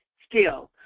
still,